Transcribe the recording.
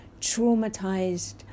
traumatized